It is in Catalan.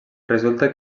resulta